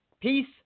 Peace